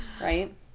right